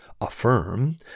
affirm